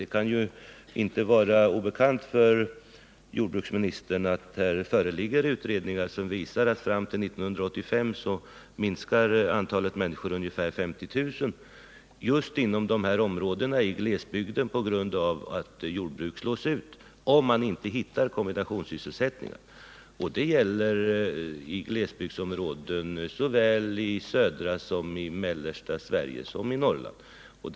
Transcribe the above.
Det kan inte vara obekant för jordbruksministern att det föreligger utredningar som visar att antalet människor i just de här områdena i glesbygd på grund av att jordbruk slås ut kommer att minska med ungefär 50 000 fram till 1985 — om man inte kan hitta kombinationssysselsättningar. Detta gäller glesbygdsområden i såväl södra och mellersta som norra Sverige.